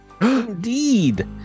indeed